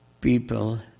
people